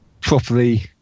properly